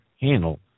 handle